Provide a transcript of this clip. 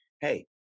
Hey